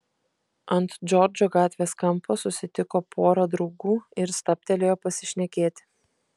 ant džordžo gatvės kampo susitiko porą draugų ir stabtelėjo pasišnekėti